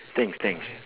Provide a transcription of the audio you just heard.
thanks thanks